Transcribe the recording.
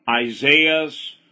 Isaiah's